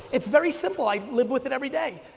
it's very simple. i live with it every day.